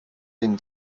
den